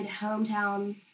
hometown